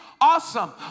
Awesome